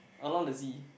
a lot of Z